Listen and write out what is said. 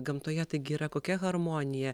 gamtoje taigi yra kokia harmonija